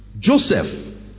Joseph